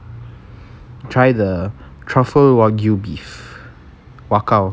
try the truffle wagyu beef waa cow